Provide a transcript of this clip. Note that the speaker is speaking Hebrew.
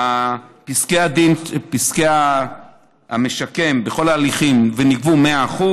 פסקי המשקם בכל ההליכים נגבו ב-100%,